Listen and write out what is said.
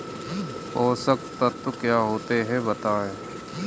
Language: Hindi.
पोषक तत्व क्या होते हैं बताएँ?